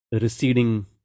receding